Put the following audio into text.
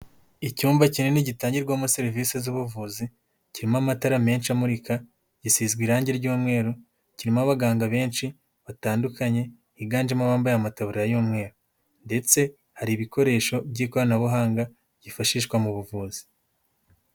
Icyumba kinini gitangirwamo serivisi z'ubuvuzi, kirimo amatara menshi amurika, gisizwe irangi ry'umweru, kirimo abaganga benshi batandukanye, higanjemo abambaye amataburiya y'umweru ndetse hari ibikoresho by'ikoranabuhanga byifashishwa mu buvuzi.